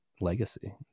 legacy